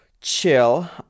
chill